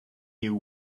you